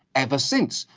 ever since.